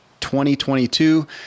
2022